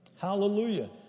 Hallelujah